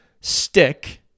stick